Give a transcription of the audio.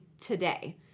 today